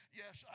yes